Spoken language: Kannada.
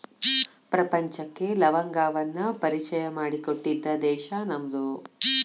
ಪ್ರಪಂಚಕ್ಕೆ ಲವಂಗವನ್ನಾ ಪರಿಚಯಾ ಮಾಡಿಕೊಟ್ಟಿದ್ದ ದೇಶಾ ನಮ್ದು